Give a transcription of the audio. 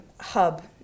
hub